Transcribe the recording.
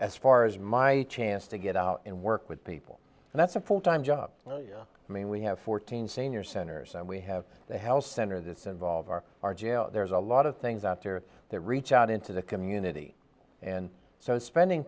as far as my chance to get out and work with people and that's a full time job i mean we have fourteen senior centers and we have a health center that's involved are our jail there's a lot of things out there that reach out into the community and so spending